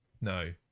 no